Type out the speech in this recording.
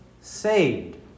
Saved